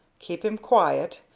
keep him quiet,